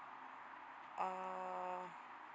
uh